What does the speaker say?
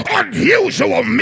unusual